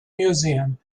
museum